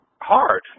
hard